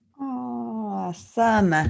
Awesome